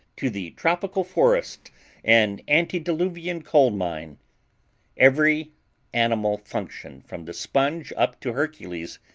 to the tropical forest and antediluvian coal-mine every animal function from the sponge up to hercules,